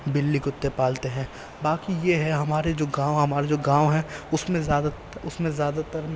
بلی کتے پالتے ہیں باقی یہ ہے ہمارے جو گاؤں ہیں ہمارے جو گاؤں ہیں اس میں زیادہ اس میں زیادہ تر